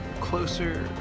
closer